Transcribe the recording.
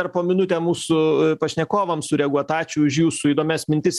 dar po minutę mūsų pašnekovams sureaguot ačiū už jūsų įdomias mintis